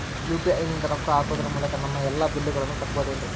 UPI ನಿಂದ ರೊಕ್ಕ ಹಾಕೋದರ ಮೂಲಕ ನಮ್ಮ ಎಲ್ಲ ಬಿಲ್ಲುಗಳನ್ನ ಕಟ್ಟಬಹುದೇನ್ರಿ?